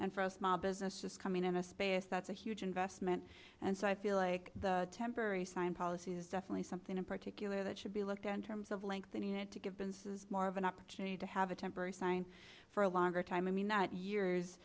and for us my business just coming in a space that's a huge investment and so i feel like the temporary sign policy is definitely something in particular that should be looked at in terms of lengthening it to give been says more of an opportunity to have a temporary sign for a longer time i mean not years